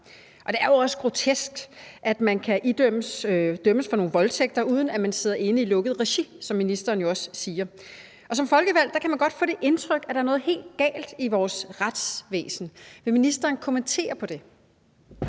Det er også grotesk, at man kan dømmes for nogle voldtægter, uden at man sidder inde i lukket regi, som ministeren jo også siger. Som folkevalgt kan man godt få det indtryk, at der er noget helt galt i vores retsvæsen. Vil ministeren kommentere på det?